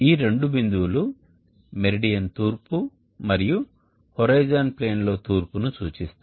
ఈ రెండు బిందువులు మెరిడియన్ తూర్పు మరియు హోరిజోన్ ప్లేన్లో తూర్పును సూచిస్తాయి